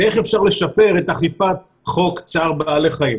איך אפשר לשפר את אכיפת חוק צער בעלי החיים.